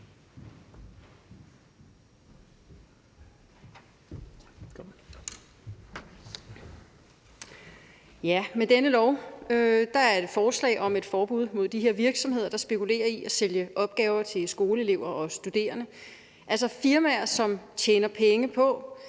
(NB): Dette er et forslag om et forbud rettet mod de her virksomheder, der spekulerer i at sælge opgaver til skoleelever og studerende, altså firmaer, som tjener penge på,